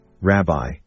Rabbi